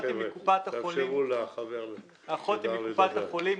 האחות היא מקופת החולים,